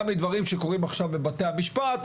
גם מדברים שקורים עכשיו בבתי המשפט,